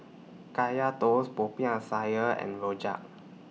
Kaya Toast Popiah Sayur and Rojak